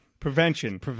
Prevention